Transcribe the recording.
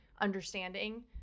understanding